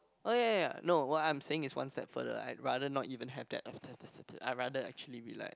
oh ya ya ya no what I'm saying is one step further I'd rather not even have that I rather actually rely